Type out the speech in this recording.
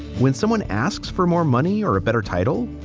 when someone asks for more money or a better title,